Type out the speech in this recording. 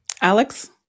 Alex